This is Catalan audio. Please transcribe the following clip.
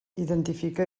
identifica